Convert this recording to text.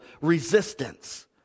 resistance